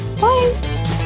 Bye